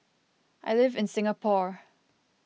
I live in Singapore